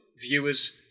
viewers